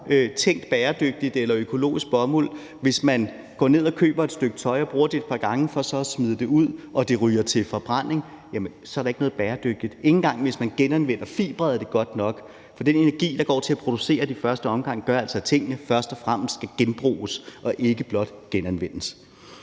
tænkt bæredygtigt eller økologisk bomuld. Men hvis man går ned og køber et stykke tøj og bruger det et par gange for så at smide det ud, og det ryger til forbrænding, er der ikke noget bæredygtigt. Ikke engang, hvis man genanvender fibrene, er det godt nok, for den energi, der går til at producere det i første omgang, gør altså, at tingene først og fremmest skal genbruges og ikke blot genanvendes.